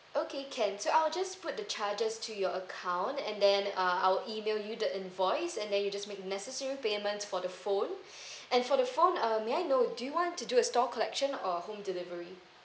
okay can so I'll just put the charges to your account and then uh I'll email you the invoice and then you just make necessary payments for the phone and for the phone uh may I know do you want to do a store collection or home delivery